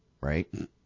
right